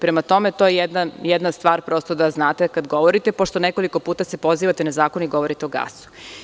Prema tome, to je jedna stvar, prosto da znate kada govorite, pošto nekoliko puta se pozivate na zakon i govorite o gasu.